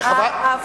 ההבטחה בדבר העניין.